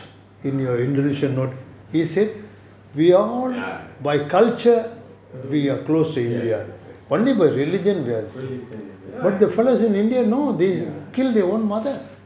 ah ya yes yes yes ya